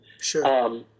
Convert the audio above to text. Sure